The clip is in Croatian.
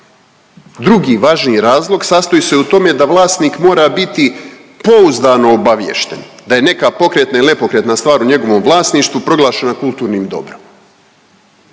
Drugi važni razlog sastoji se u tome da vlasnik mora biti poudano obaviješten, da je neka pokretna ili nepokretna stvar u njegovom vlasništvu proglašena kulturnim dobrom